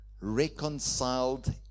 reconciled